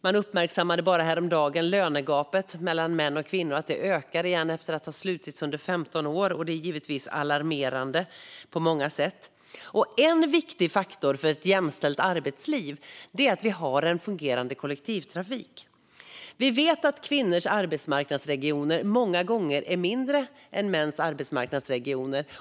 Man uppmärksammade häromdagen att lönegapet mellan män och kvinnor ökar igen efter att ha slutits under 15 år, och det är givetvis alarmerande på många sätt. En viktig faktor för ett jämställt arbetsliv är att vi har en fungerande kollektivtrafik. Vi vet att kvinnors arbetsmarknadsregioner många gånger är mindre än mäns arbetsmarknadsregioner.